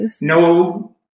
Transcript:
no